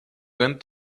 went